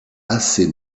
assez